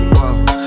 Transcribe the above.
Whoa